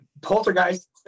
Poltergeist